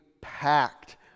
packed